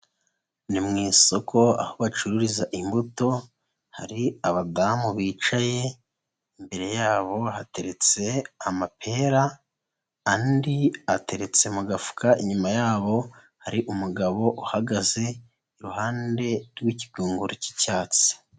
Ni mu isoko bacururiza imbuto hari abadamu bicaye imbere yabo hateretse amapera, andi ateretse mu gafuka, inyuma yaho hari umugabo uhagaze iruhande rw'ikigunguru cy'icyatsi.